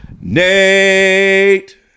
nate